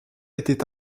était